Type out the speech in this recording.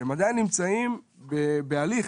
הם עדיין נמצאים בהליך,